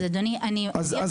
אז אני אומר,